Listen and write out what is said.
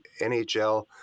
NHL